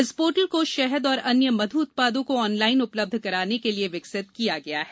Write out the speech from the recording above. इस पोर्टल को शहद और अन्य मधु उत्पादों को ऑनलाइन उपलब्ध कराने के लिए विकसित किया गया है